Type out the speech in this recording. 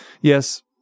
yes